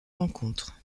rencontre